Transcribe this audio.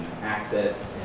access